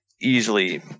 easily